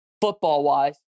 Football-wise